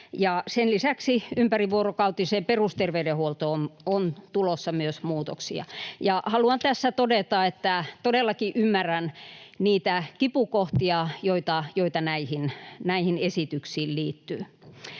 Sen lisäksi ympärivuorokautiseen perusterveydenhuoltoon on tulossa myös muutoksia. Haluan tässä todeta, että todellakin ymmärrän niitä kipukohtia, joita näihin esityksiin liittyy.